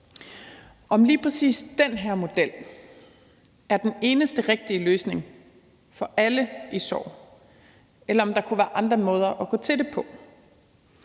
om lige præcis den her model er den eneste rigtige løsning for alle i sorg, eller om der kunne være andre måder at gå til det på.